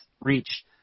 Reach